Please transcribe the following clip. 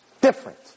Different